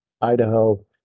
Idaho